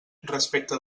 respecte